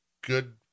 good